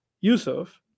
Yusuf